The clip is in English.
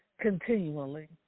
continually